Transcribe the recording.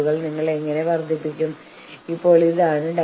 തൊഴിലാളി സംഘടനാ പ്രതിനിധികൾ വരുന്നു